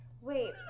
Wait